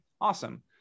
awesome